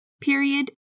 period